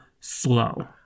slow